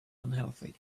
unhealthy